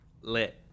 lit